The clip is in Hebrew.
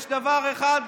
יש דבר אחד,